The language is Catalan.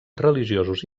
religiosos